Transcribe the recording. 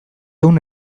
ehun